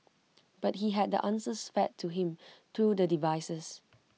but he had the answers fed to him through the devices